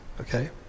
okay